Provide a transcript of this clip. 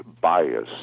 bias